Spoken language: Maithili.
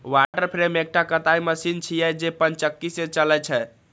वाटर फ्रेम एकटा कताइ मशीन छियै, जे पनचक्की सं चलै छै